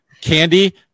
Candy